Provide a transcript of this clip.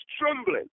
trembling